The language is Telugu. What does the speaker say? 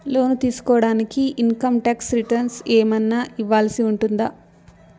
లోను తీసుకోడానికి ఇన్ కమ్ టాక్స్ రిటర్న్స్ ఏమన్నా ఇవ్వాల్సి ఉంటుందా